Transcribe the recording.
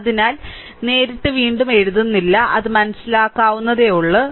അതിനാൽ നേരിട്ട് വീണ്ടും എഴുതുന്നില്ല അത് മനസ്സിലാക്കാവുന്നതേയുള്ളൂ